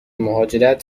مهاجرت